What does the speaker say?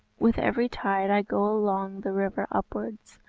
with every tide i go along the river upwards,